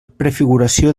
prefiguració